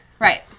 Right